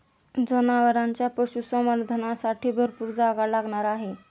जनावरांच्या पशुसंवर्धनासाठी भरपूर जागा लागणार आहे